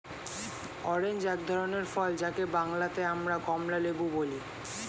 orange এক ধরনের ফল যাকে বাংলাতে আমরা কমলালেবু বলি